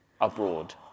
abroad